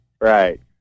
right